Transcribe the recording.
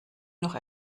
noch